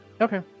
Okay